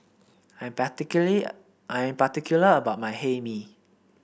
I'm I'm particular about my Hae Mee